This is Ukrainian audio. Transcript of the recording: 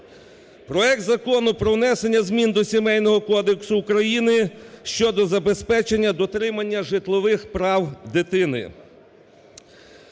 Проект Закону про внесення змін до Сімейного кодексу України (щодо забезпечення дотримання житлових прав дитини).